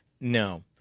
No